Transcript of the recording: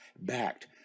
backed